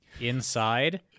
inside